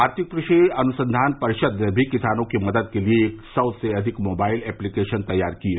भारतीय कृषि अनुसंधान परिषद ने भी किसानों की मदद के लिए एक सौ से अधिक मोबाइल एप्लीकेशन तैयार किए हैं